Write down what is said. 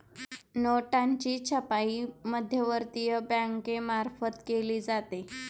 नोटांची छपाई मध्यवर्ती बँकेमार्फत केली जाते